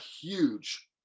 huge